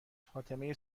فاطمه